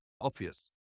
obvious